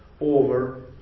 over